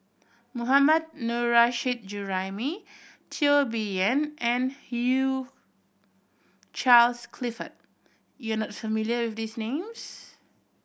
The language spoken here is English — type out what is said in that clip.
Mohammad Nurrasyid Juraimi Teo Bee Yen and Hugh Charles Clifford you are not familiar with these names